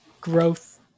growth